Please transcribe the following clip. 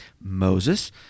Moses